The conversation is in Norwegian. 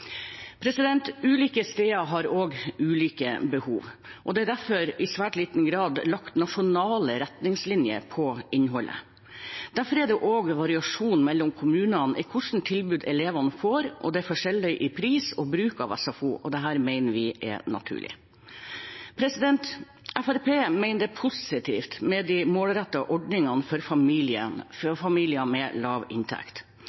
Ulike steder har også ulike behov. Det er derfor i svært liten grad lagt nasjonale retningslinjer for innholdet. Derfor er det også variasjon mellom kommunene i hvilket tilbud elevene får, og det er forskjeller i pris og bruk av SFO. Dette mener vi er naturlig. Fremskrittspartiet mener det er positivt med de målrettede ordningene for familier med lav inntekt. Det er forskriftsfestet en nasjonal moderasjonsordning med redusert foreldrebetaling for familier med lav inntekt